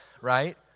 right